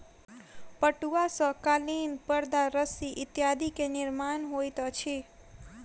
पटुआ सॅ कालीन परदा रस्सी इत्यादि के निर्माण होइत अछि